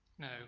No